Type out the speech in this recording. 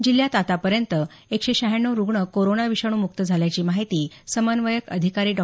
जिल्ह्यात आतापर्यंत एकशे श्यहाण्णव रुग्ण कोरोना विषाणू मुक्त झाल्याची माहिती समन्वयक अधिकारी डॉ